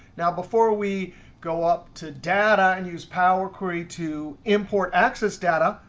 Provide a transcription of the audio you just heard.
now before we go up to data and use power query to import access data,